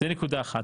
זו נקודה אחת.